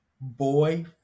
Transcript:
Boy